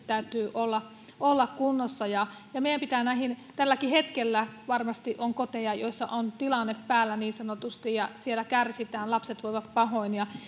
täytyy olla olla kunnossa ja ja meidän pitää näihin panostaa tälläkin hetkellä varmasti on koteja joissa on tilanne päällä niin sanotusti ja siellä kärsitään lapset voivat pahoin ja